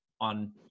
on